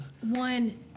One